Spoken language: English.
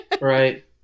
Right